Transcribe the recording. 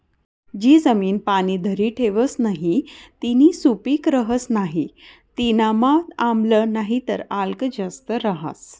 जी जमीन पाणी धरी ठेवस नही तीनी सुपीक रहस नाही तीनामा आम्ल नाहीतर आल्क जास्त रहास